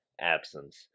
absence